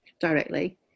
directly